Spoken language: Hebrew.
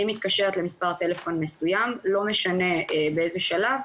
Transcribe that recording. אני מתקשרת למס' טלפון מסוים לא משנה באיזה שלב,